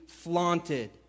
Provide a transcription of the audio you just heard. flaunted